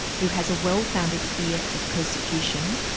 who has a well-founded fear of persecution,